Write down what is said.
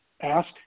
ask